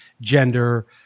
gender